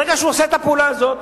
ברגע שהוא עושה את הפעולה הזאת